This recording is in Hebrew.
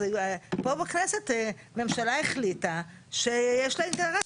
אז פה בכנסת הממשלה החליטה שיש לה אינטרס